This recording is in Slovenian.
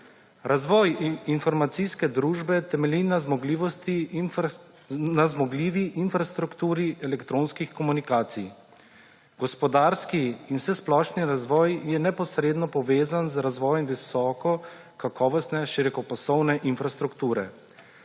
Razvoj informacijske družbe temelji na zmogljivi infrastrukturi elektronskih komunikacij. Gospodarski in vsesplošni razvoj je neposredno povezan z razvojem visokokakovostne širokopasovne infrastrukture.